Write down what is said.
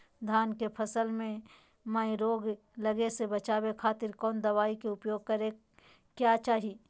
धान के फसल मैं रोग लगे से बचावे खातिर कौन दवाई के उपयोग करें क्या चाहि?